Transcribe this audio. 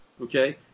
Okay